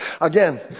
Again